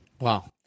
Wow